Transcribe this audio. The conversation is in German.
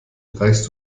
reichst